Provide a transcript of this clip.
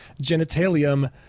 genitalium